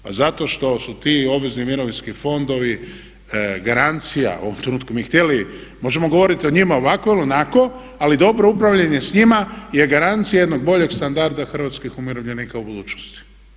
Pa zato što su ti obvezni mirovinski fondovi garancija u ovom trenutku mi htjeli možemo govoriti o njima ovako ili onako, ali dobro upravljanje s njima je garancija jednog boljeg standarda hrvatskih umirovljenika u budućnosti.